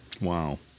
Wow